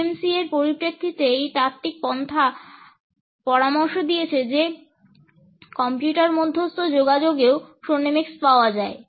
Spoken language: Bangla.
CMC এর পরিপ্রেক্ষিতে এই তাত্ত্বিক পন্থাগুলি পরামর্শ দিয়েছে যে কম্পিউটার মধ্যস্থ যোগাযোগেও chronemics পাওয়া যায়